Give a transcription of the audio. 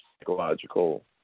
psychological